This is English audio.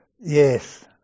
Yes